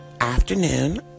afternoon